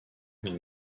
dans